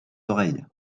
oreilles